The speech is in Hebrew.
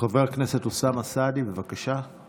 חבר הכנסת אוסאמה סעדי, בבקשה.